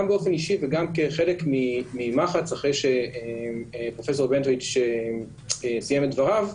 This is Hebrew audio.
גם באופן אישי וגם כחלק ממח"צ אחרי שפרופ' בנטואיץ סיים את דבריו.